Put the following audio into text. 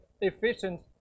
efficient